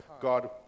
God